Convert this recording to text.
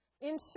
Ensure